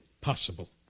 possible